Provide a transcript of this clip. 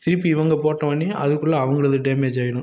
திருப்பி இவங்க போட்ட உடனே அதுக்குள்ள அவங்களது டேமேஜ் ஆகிடும்